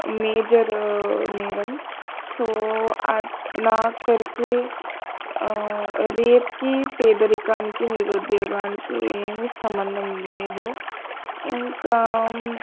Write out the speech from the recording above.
major నేరం so నాకు తెలిసి రేప్కి పేదరికానికి నిరుద్యోగానికి ఏమి సంబంధం లేదు ఇంకా